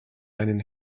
einen